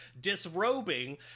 disrobing